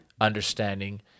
understanding